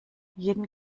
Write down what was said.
jeden